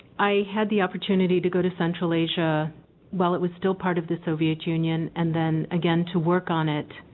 i had the opportunity to go to central asia well it was still part of the soviet union and then again to work on it